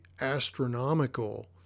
astronomical